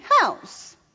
House